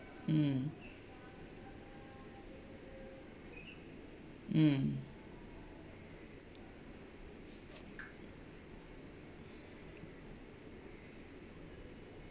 mm mm